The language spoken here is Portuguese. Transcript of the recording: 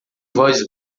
voz